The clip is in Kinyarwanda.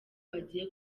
bagiye